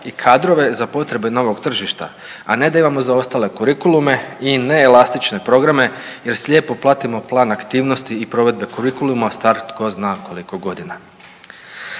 i kadrove za potrebe novog tržišta, a ne da imamo zaostale kurikulume i neelastične programe jer slijepo pratimo plan aktivnosti i provedbe kurikuluma star tko zna koliko godina.